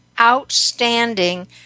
outstanding